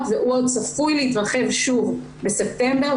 והוא עוד צפוי להתרחב שוב בספטמבר,